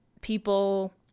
people